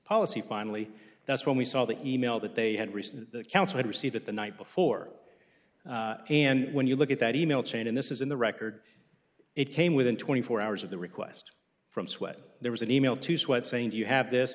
policy finally that's when we saw the e mail that they had received that council had received it the night before and when you look at that e mail chain and this is in the record it came within twenty four hours of the request from sweat there was an e mail to sweat saying do you have this